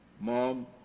mom